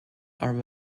are